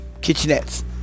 Kitchenettes